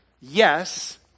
Yes